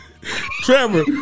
Trevor